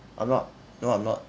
I'm not no I'm not